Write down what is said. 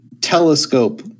telescope